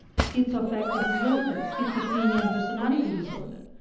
schizoaffective disorders, schizophrenia and personality disorder.